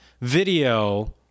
video